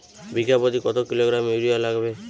বিঘাপ্রতি কত kilogram urea লাগবে?